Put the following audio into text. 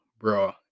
bro